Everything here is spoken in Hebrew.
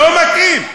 לא מתאים.